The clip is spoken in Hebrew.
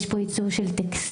יש פה עיצוב של טקסטיל,